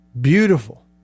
beautiful